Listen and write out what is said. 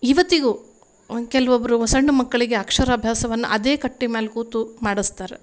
ಇವತ್ತಿಗೂ ಕೆಲವೊಬ್ರು ಸಣ್ಣ ಮಕ್ಕಳಿಗೆ ಅಕ್ಷರಾಭ್ಯಾಸವನ್ನ ಅದೇ ಕಟ್ಟೆ ಮ್ಯಾಲೆ ಕೂತು ಮಾಡಿಸ್ತಾರೆ